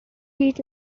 heat